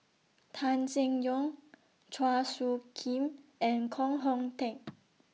Tan Seng Yong Chua Soo Khim and Koh Hong Teng